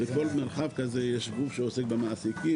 בכל מרחב כזה יש גוף שעוסק במעסיקים,